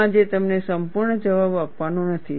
હું આજે તમને સંપૂર્ણ જવાબ આપવાનો નથી